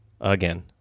again